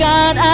God